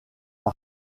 par